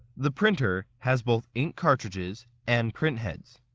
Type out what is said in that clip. the printer has both ink cartridges and print heads.